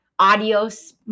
Adios